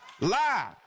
lie